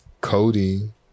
codeine